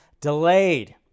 delayed